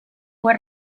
fue